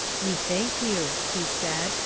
we thank you he said,